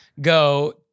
go